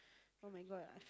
oh-my-God I've